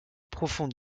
profonde